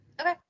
Okay